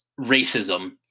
racism